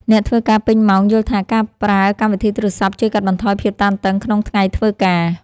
អ្នកធ្វើការពេញម៉ោងយល់ថា ការប្រើកម្មវិធីទូរសព្ទជួយកាត់បន្ថយភាពតានតឹងក្នុងថ្ងៃធ្វើការ។